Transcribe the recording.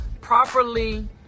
properly